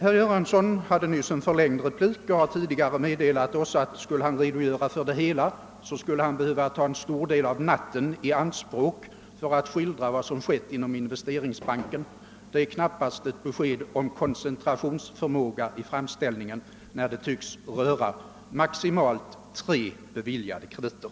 Herr Göransson hade nyss en förlängd replik, och han har tidigare meddelat oss att skulle han redogöra för allt som skett inom Investeringsbanken så skulle han behöva ta en stor del av natten i anspråk. Det tyder knappast på koncentrationsförmåga; det tycks ju röra sig om maximalt tre beviljade krediter!